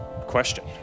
question